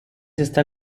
está